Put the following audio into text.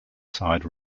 side